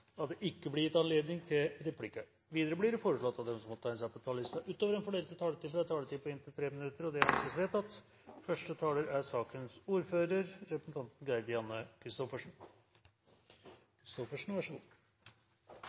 at det ikke blir gitt anledning til replikker. Videre blir det foreslått at de som måtte tegne seg på talerlisten utover den fordelte taletid, får en taletid på inntil 3 minutter. – Det anses vedtatt. Statsregnskapet er